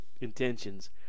intentions